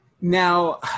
Now